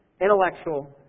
intellectual